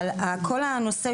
אני יודעת שזאת ההגדרה אבל כל הנושא